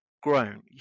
grown